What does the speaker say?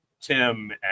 tim